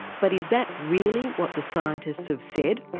but is that really what the scientists have said?